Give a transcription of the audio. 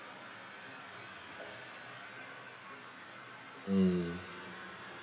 mm